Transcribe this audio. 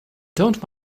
don’t